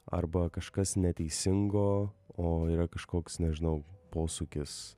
arba kažkas neteisingo o yra kažkoks nežinau posūkis